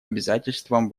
обязательствам